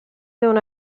devono